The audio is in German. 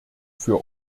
für